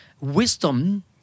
Wisdom